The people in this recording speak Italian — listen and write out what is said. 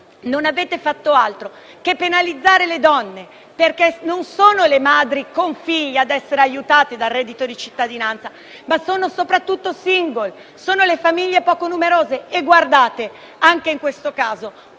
non avete fatto altro che penalizzare le donne, perché non sono le madri con figli ad essere aiutate dal reddito di cittadinanza, ma sono soprattutto i *single* o le famiglie poco numerose. Inoltre, quante bugie